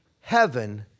heaven